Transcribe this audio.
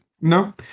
No